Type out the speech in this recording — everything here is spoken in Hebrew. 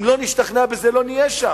אם לא נשתכנע בזה, לא נהיה שם.